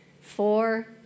Four